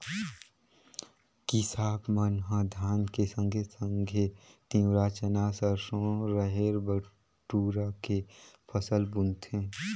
किसाप मन ह धान के संघे संघे तिंवरा, चना, सरसो, रहेर, बटुरा के फसल बुनथें